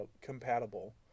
compatible